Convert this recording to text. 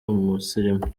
umusirimu